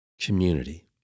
Community